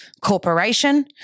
corporation